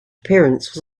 appearance